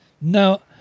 No